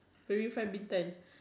primary five Bintan